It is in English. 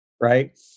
right